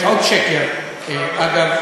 מזכיר לאנשים מסוימים סיפורים,